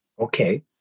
okay